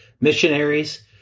missionaries